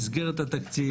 מסגרת התקציב,